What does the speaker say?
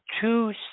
two